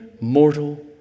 mortal